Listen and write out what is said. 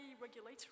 regulatory